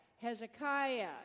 Hezekiah